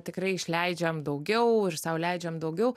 tikrai išleidžiam daugiau ir sau leidžiam daugiau